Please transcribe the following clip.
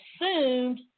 assumed